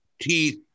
teeth